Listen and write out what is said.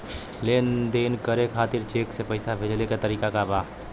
लेन देन करे खातिर चेंक से पैसा भेजेले क तरीकाका बा?